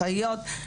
אחריות,